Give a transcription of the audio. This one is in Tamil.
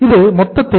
இது மொத்த தேவை